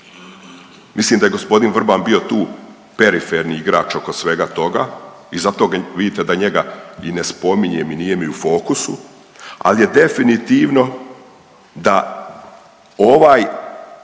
mislim da je gospodin Vrban bio tu periferni igrač oko svega toga i zato vidite da njega i ne spominjem i nije mi u fokusu, ali je definitivno da ovaj,